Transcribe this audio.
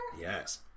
Yes